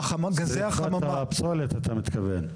פסולת אתה מתכוון?